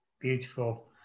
beautiful